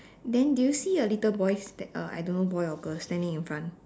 then do you see a little boy sta~ uh I don't know boy or girl standing in front